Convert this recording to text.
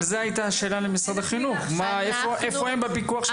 זאת הייתה השאלה למשרד החינוך איפה הם בפיקוח של הממשלה.